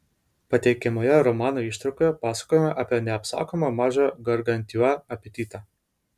pateikiamoje romano ištraukoje pasakojama apie neapsakomą mažojo gargantiua apetitą